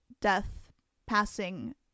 death-passing